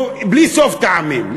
או בלי סוף טעמים.